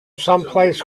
someplace